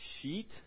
sheet